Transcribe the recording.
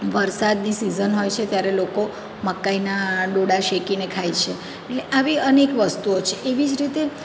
વરસાદની સીઝન હોય છે ત્યારે લોકો મકાઈના ડોડા શેકીને ખાય છે એટલે આવી અનેક વસ્તુઓ છે એવી જ રીતે